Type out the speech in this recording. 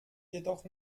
jedoch